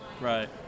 Right